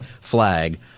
flag